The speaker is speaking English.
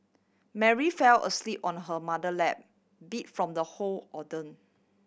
Mary fell asleep on her mother lap beat from the whole